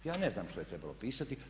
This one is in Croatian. Ja ne znam što je trebalo pisati.